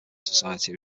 society